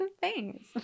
Thanks